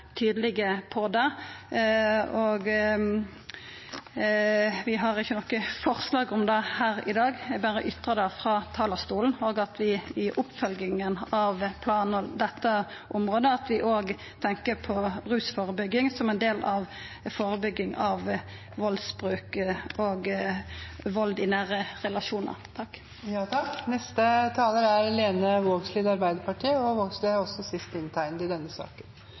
tydelege på det. Vi har ikkje noko forslag om det her i dag, eg berre ytrar det frå talarstolen og ønskjer at vi i oppfølginga av planar på dette området tenkjer på rusførebygging som ein del av førebygginga av valdsbruk og vald i nære relasjonar. Det er spesielt når fleire tidlegare justisministrar deltek i debatten, og spesielt vemodig er det når nokon seier dei har sitt siste innlegg for denne